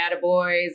boys